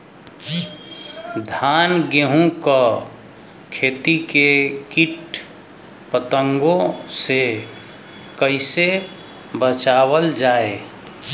धान गेहूँक खेती के कीट पतंगों से कइसे बचावल जाए?